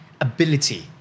ability